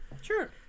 Sure